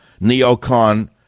neocon